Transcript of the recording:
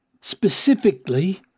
Specifically